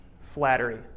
Flattery